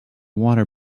water